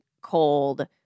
cold